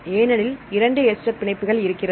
ஏனெனில் 2 எஸ்டர் பிணைப்புகள் இருக்கிறது